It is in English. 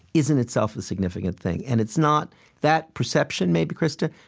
is in itself a significant thing and it's not that perception, maybe, krista,